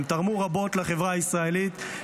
הם תרמו רבות לחברה הישראלית,